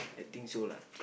I think so lah